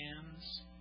hands